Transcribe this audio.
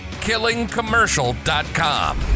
killingcommercial.com